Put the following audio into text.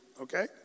okay